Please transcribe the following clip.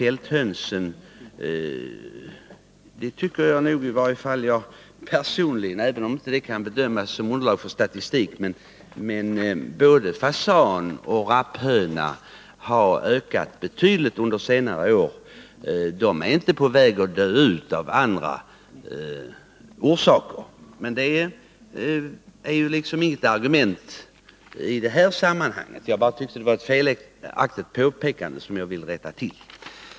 Även om det inte kan utgöra underlag för statistik, vill jag framhålla att både fasan och rapphöna har ökat betydligt på senare år. De är inte på väg att dö ut av andra orsaker. Det är inget argument i sammanhanget, men jag tyckte det var ett felaktigt påpekande som jag ville rätta till.